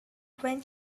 when